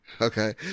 Okay